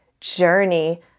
journey